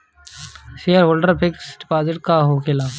Shareholder fix deposit का होखे ला?